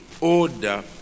order